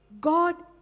god